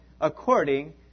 according